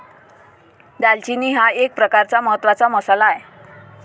दालचिनी हा एक प्रकारचा महत्त्वाचा मसाला आहे